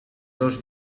dos